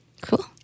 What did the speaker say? cool